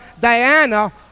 Diana